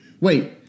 Wait